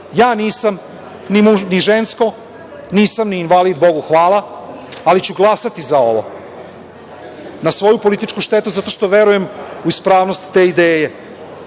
ni žensko, nisam ni invalid, Bogu hvala, ali ću glasati za ovo na svoju političku štetu zato što verujem u ispravnost te ideje.